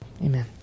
Amen